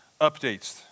updates